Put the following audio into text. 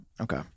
Okay